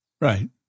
Right